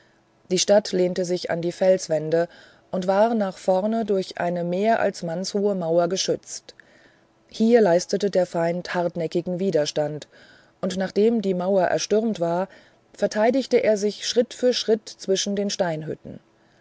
die stadt lehnte sich an die felsenwände und war nach vorne durch eine mehr als mannshohe mauer geschützt hier leistete der feind hartnäckigen widerstand und nachdem die mauer erstürmt war verteidigte er sich schritt für schritt zwischen den